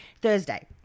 Thursday